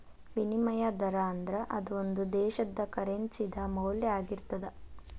ವಿನಿಮಯ ದರಾ ಅಂದ್ರ ಅದು ಒಂದು ದೇಶದ್ದ ಕರೆನ್ಸಿ ದ ಮೌಲ್ಯ ಆಗಿರ್ತದ